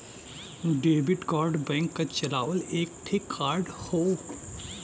debit card bank क चलावल एक ठे कार्ड हौ